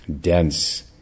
dense